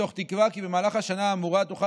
מתוך תקווה כי במהלך השנה האמורה תוכל